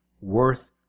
worth